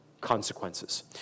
consequences